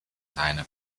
seine